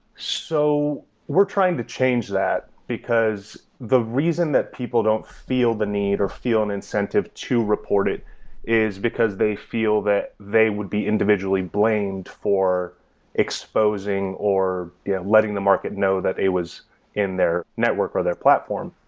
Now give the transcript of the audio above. so we're trying to change that because the reason that people don't feel the need or feel an incentive to report it is because they feel that they would be individually blamed for exposing or yeah letting the market know that they was in their network or their platform,